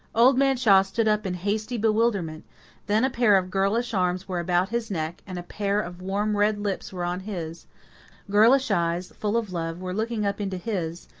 old man shaw stood up in hasty bewilderment then a pair of girlish arms were about his neck, and a pair of warm red lips were on his girlish eyes, full of love, were looking up into his,